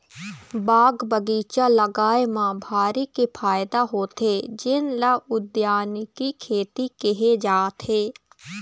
बाग बगीचा लगाए म भारी के फायदा होथे जेन ल उद्यानिकी खेती केहे जाथे